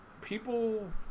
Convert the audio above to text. people